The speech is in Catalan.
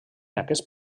aquest